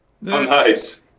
Nice